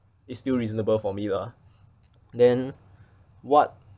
it's still reasonable for me lah then what